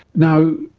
now,